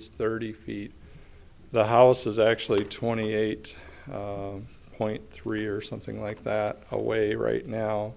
is thirty feet the house is actually twenty eight point three or something like that away right now